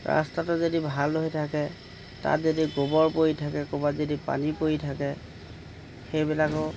ৰাস্তাটো যদি ভাল হৈ থাকে তাত যদি গোবৰ পৰি থাকে ক'ৰবাত যদি পানী পৰি থাকে সেইবিলাকো